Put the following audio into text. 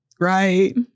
Right